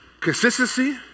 consistency